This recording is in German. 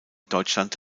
deutschland